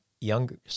younger